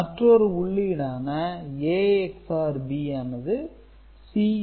மற்றொரு உள்ளீடான A XOR B ஆனது Cin